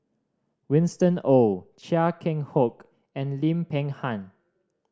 Winston Oh Chia Keng Hock and Lim Peng Han